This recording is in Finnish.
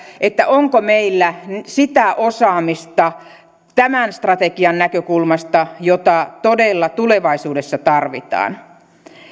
onko meillä sitä osaamista tämän strategian näkökulmasta jota todella tulevaisuudessa tarvitaan